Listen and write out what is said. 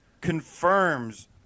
confirms